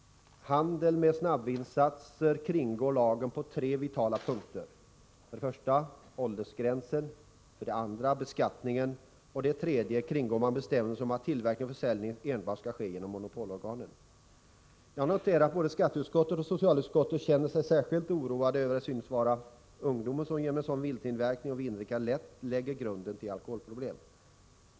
Handel med snabbvinsatserna kringgår lagen på tre vitala punkter: åldersgränsen, beskattningen och bestämmelsen att tillverkning och försäljning enbart skall ske genom monopolorganen. Jag noterar att både skatteutskottet och socialutskottet känner sig särskilt oroade över att det synes vara ungdomen som genom en sådan vintillverkning och ett sådant vindrickande lätt lägger grunden till alkoholproblem.